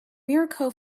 mirco